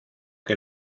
que